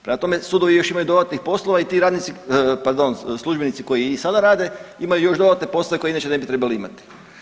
Prema tome, sudovi imaju još dodatnih poslova i ti radnici, pardon službenici koji i sada rade imaju još i dodatne poslove koje inače ne bi trebali imati.